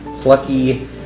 plucky